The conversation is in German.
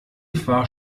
war